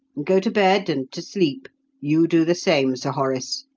go to bed and to sleep you do the same, sir horace.